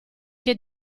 che